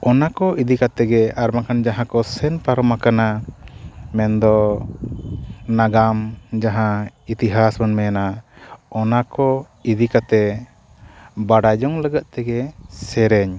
ᱚᱱᱟ ᱠᱚ ᱤᱫᱤ ᱠᱟᱛᱮᱫ ᱜᱮ ᱟᱨ ᱵᱟᱠᱷᱟᱱ ᱡᱟᱦᱟᱸ ᱥᱮᱱ ᱯᱟᱨᱚᱢ ᱟᱠᱟᱱᱟ ᱢᱮᱱᱫᱚ ᱱᱟᱜᱟᱢ ᱡᱟᱦᱟᱸ ᱤᱛᱤᱦᱟᱥ ᱵᱚᱱ ᱢᱮᱱᱟ ᱚᱱᱟ ᱠᱚ ᱤᱫᱤ ᱠᱟᱛᱮᱫ ᱵᱟᱰᱟᱭ ᱡᱚᱝ ᱞᱟᱜᱟᱛ ᱛᱮᱜᱮ ᱥᱮᱨᱮᱧ